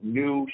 new